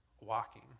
walking